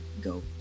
go